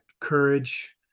courage